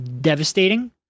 devastating